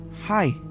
Hi